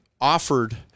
offered